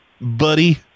buddy